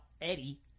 Eddie